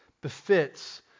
befits